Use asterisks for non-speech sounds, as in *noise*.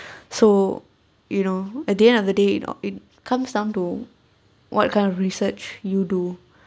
so you know at the end of the day it comes down to what kind of research you do *breath*